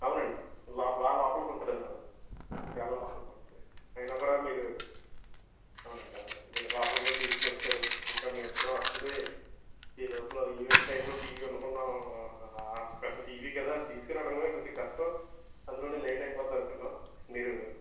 అవునండి లోప లోపలకి ఉంటుందండి మాది చాలా లోపలికి ఉంటుంది అయినా కూడా మీరు అవునండి అవునండి మీరు లోపలికి తీసుకుని వచ్చారు ఇంకా మేము ఎప్పుడు వస్తుంది ఈ లోపల ఈవెంట్ టైంలో టీవీ ఉండకుండా అంత పెద్ద టీవీ కదా తీసుకురావడం కొంచెం కష్టం అందులోనే లేట్ అయిపోతుంది అనుకున్నాం మీరు